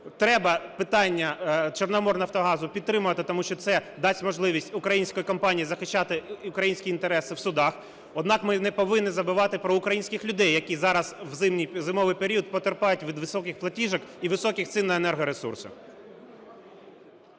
треба питання "Чорноморнафтогазу" підтримати, тому що це дасть можливість українській компанії захищати українські інтереси в судах. Однак, ми не повинні забувати про українських людей, які зараз в зимовий період потерпають від високих платіжок і високих цін на енергоресурси.